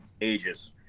ages